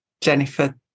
jennifer